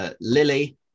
Lily